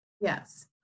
Yes